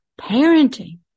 parenting